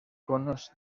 conos